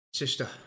Sister